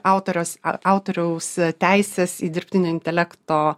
autoriaus a autoriaus teisės į dirbtinio intelekto